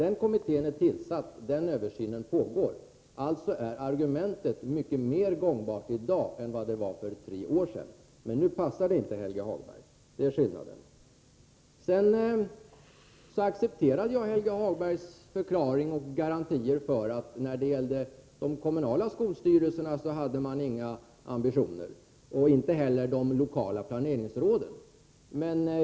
En kommitté är tillsatt, och en översyn pågår — alltså är argumentet mycket mer gångbart i dag än vad det var för tre år sedan. Men nu passar det inte Helge Hagberg — det är skillnaden! Jag accepterade Helge Hagbergs förklaringar och garantier för att man inte hade några ambitioner när det gällde de kommunala skolstyrelserna och inte heller när det gällde de lokala planeringsråden.